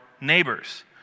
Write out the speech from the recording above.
neighbors